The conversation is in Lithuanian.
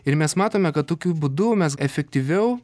ir mes matome kad tokiu būdu mes efektyviau